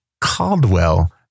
Caldwell